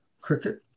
cricket